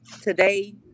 today